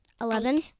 Eleven